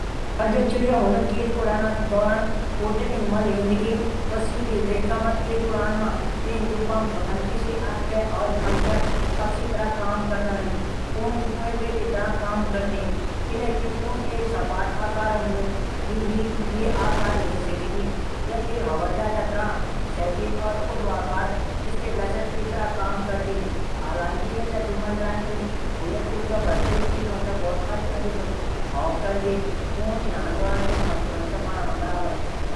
हुमिंगचिडिया तेज उडान दौरान उर्जा ईन मा लेंदी कि व सीधा रेखा तेज उडान मा जू पंख हूदन ऊ पक्षी तरह काम करदन किले की पूंछ एक सपाट आकार वी आकार ले सकदी य एक हवा जाहज तरहां हालांकि य जब भी मंडरादी चा